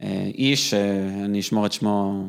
‫איש, אני אשמור את שמו...